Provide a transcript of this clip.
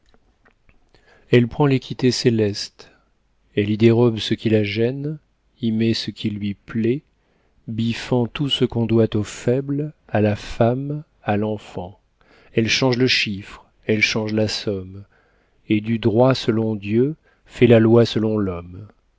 elle prend l'équité céleste elle y dérobe ce qui la gêne y met ce qui lui plaît biffant tout ce qu'on doit au faible à la femme à l'enfant elle change le chiffre elle change la somme et du droit selon dieu fait la loi selon l'homme